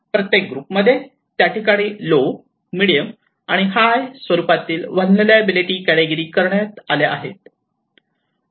प्रत्येक ग्रुपमध्ये त्या ठिकाणी लो मिडीयम आणि हाय स्वरूपातील व्हलनेरलॅबीलीटी कॅटेगिरी करण्यात आल्या आहेत